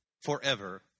forever